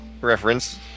reference